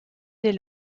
dès